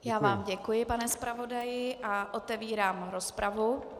Já vám děkuji, pane zpravodaji, a otevírám rozpravu.